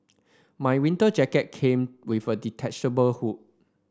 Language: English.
my winter jacket came with a detachable hood